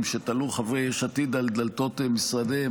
שתלו חברי יש עתיד על דלתות משרדיהם,